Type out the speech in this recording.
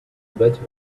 better